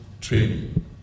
training